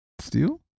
Steel